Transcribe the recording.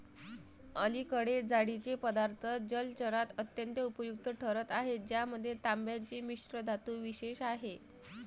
अलीकडे जाळीचे पदार्थ जलचरात अत्यंत उपयुक्त ठरत आहेत ज्यामध्ये तांब्याची मिश्रधातू विशेष आहे